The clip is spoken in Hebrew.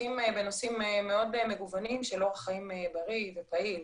עוסקים בנושאים מאוד מגוונים של אורח חיים בריא ופעיל.